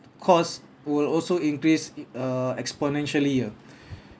cost will also increase err exponentially ya